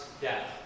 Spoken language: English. death